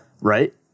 Right